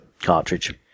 cartridge